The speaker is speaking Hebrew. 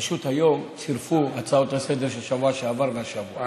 פשוט היום צירפו הצעות לסדר-היום של השבוע שעבר ושל השבוע,